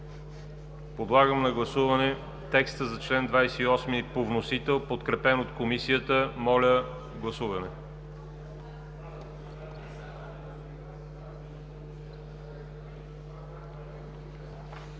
Подлагам на гласуване текста за чл. 28 по вносител, подкрепен от Комисията. Гласували